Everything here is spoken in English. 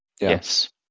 Yes